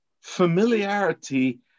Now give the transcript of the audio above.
Familiarity